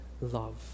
love